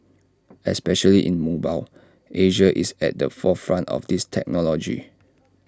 especially in mobile Asia is at the forefront of this technology